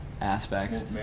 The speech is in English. aspects